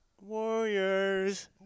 Warriors